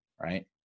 right